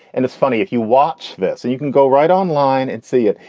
and it's funny if you watch this and you can go right online and see it.